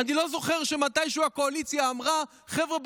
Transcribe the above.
אני לא זוכר שמתישהו הקואליציה אמרה: חבר'ה,